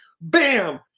bam